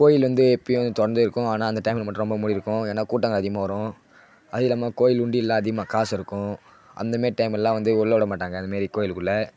கோவில் வந்து எப்பைவும் வந்து திறந்தே இருக்கும் ஆனால் அந்த டைம்ல மட்டும் ரொம்ப மூடி இருக்கும் ஏன்னா கூட்டங்கள் அதிகமாக வரும் அது இல்லாமல் கோவில் உண்டியலெல்லாம் அதிகமாக காசு இருக்கும் அந்தமாரி டைம்லலாம் வந்து உள்ள விடமாட்டாங்க அதை மாரி கோவில் குள்ள